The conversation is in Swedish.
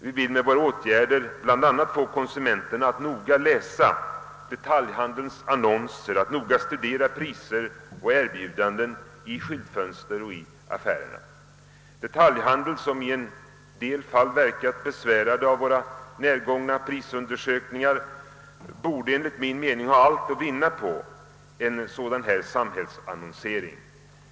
Vi vill med våra åtgärder bl.a. få konsumenterna att noga läsa detaljhandelns annonser och att noga studera priser och erbjudanden i skyltfönster och affärer. Detaljhandeln, som i en del fall verkat besvärad av våra närgångna prisundersökningar, borde enligt min mening ha allt att vinna på en sådan samhällsannonsering.